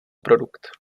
produkt